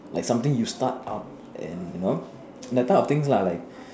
like something you start up and you know that type of things lah like